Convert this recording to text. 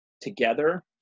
together